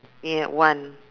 yeah one